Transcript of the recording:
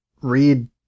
read